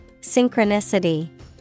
Synchronicity